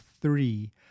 three